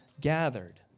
gathered